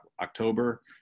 October